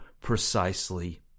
precisely